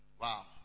Wow